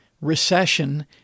recession